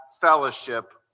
fellowship